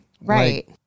Right